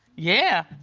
yeah.